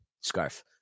Scarf